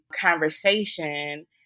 conversation